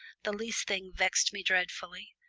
the least thing vexed me dreadfully.